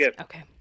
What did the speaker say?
okay